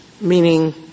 Meaning